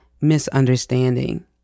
misunderstanding